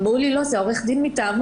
אמרו לי: לא, זה עורך הדין מטעמו.